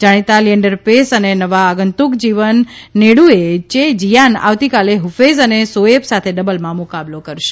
જાણીતા લીએન્ડર પેસ અને નવા આગંતુક જીવન નેડું ચે જીયાન આવતીકાલે ઠુફૈજા અને સોચેબ સાથે ડબલમાં મુકાબલો થશે